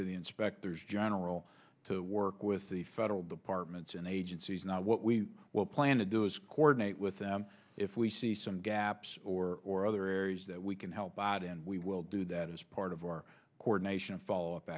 to the inspectors general to work with the federal departments and agencies not what we will plan to do is coordinate with them if we see some gaps or or other areas that we can help out and we will do that as part of our coordination of follow up